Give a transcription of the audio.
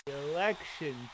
Election